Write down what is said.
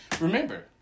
Remember